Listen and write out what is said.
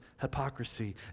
hypocrisy